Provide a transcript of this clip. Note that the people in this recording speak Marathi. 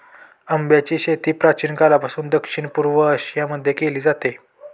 आंब्याची शेती प्राचीन काळापासून दक्षिण पूर्व एशिया मध्ये केली जाते